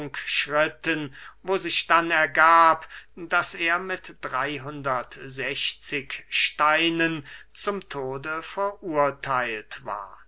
wo sich dann ergab daß er mit drey sechzig steinen zum tode verurtheilt war